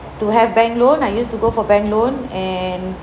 to have bank loan I used to go for bank loan and